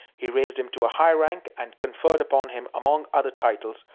he raised him to a high rank, and conferred upon him, among other titles,